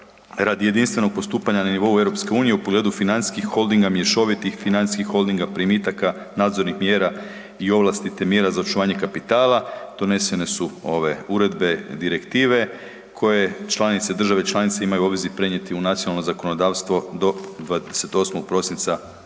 radi jedinstvenog postupanja na nivou EU u pogledu financijskih holdinga, mješovitih financijskih holdinga, primitaka, nadzornih mjera i ovlasti, te mjera za očuvanje kapitala, donesene su ove uredbe i direktive koje članice, države članice imaju u obvezi prenijeti u nacionalno zakonodavstvo do 28. prosinca